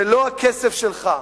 זה לא הכסף שלך,